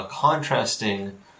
contrasting